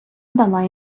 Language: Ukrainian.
дала